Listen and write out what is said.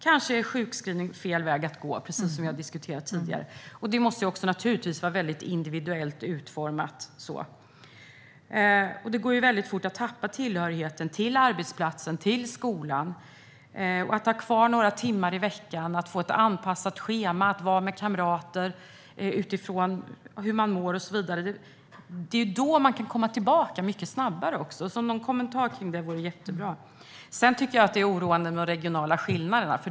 Kanske är sjukskrivning fel väg att gå, precis som vi har diskuterat. Det hela måste naturligtvis också vara väldigt individuellt utformat. Det går fort att tappa tillhörigheten till arbetsplatsen eller till skolan. Att ha kvar några timmar i veckan, att få ett anpassat schema och att vara med kamrater utifrån hur man mår gör att man kan komma tillbaka mycket snabbare. Det vore jättebra med en kommentar till detta. Vidare tycker jag att det är oroande med de regionala skillnaderna.